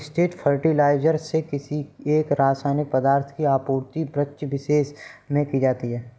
straight fertiliser से किसी एक रसायनिक पदार्थ की आपूर्ति वृक्षविशेष में की जाती है